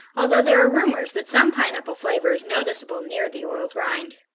although there are rumors that some pineapple flavor is noticeable near the oiled rind.